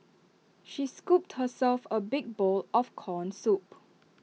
she scooped herself A big bowl of Corn Soup